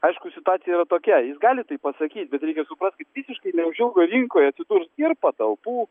aišku situacija yra tokia jis gali taip pasakyt bet reikia suprast kad visiškai neužilgo rinkoj atsidurs ir patalpų